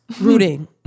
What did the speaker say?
Rooting